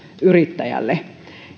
yrittäjälle